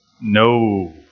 No